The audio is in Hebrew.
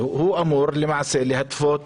הוא אמור למעשה להתוות